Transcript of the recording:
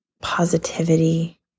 positivity